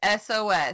SOS